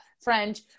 French